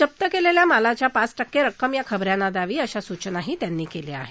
जप्त केलेल्या मालाच्या पाच टक्के रक्कम या खबऱ्यांना द्यावी अशाही सूचना त्यांनी केल्या आहेत